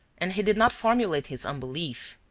and he did not formulate his unbelief.